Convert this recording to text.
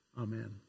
Amen